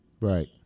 Right